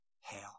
hell